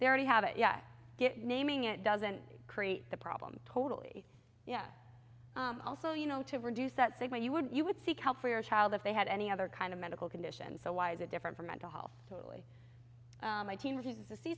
they already have it yeah i get naming it doesn't create the problem totally yet also you know to reduce that thing when you would you would seek help for your child if they had any other kind of medical condition so why is it different from mental health totally i can refuse to see